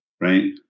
right